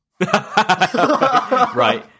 Right